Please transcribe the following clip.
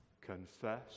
confess